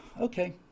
Okay